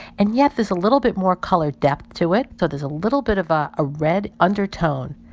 and yet, there's a little bit more color depth to it. so there's a little bit of ah a red undertone.